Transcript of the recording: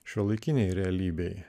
šiuolaikinėje realybėje